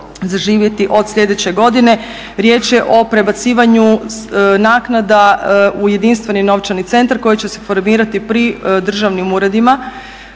zaživjeti od sljedeće godine. Riječ je o prebacivanju naknada u jedinstveni novčani centar koji će se formirati pri državnim uredima,